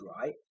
right